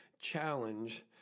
challenge